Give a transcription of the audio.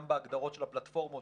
גם בהגדרות של הפלטפורמות